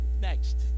Next